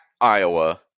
Iowa